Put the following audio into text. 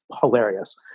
hilarious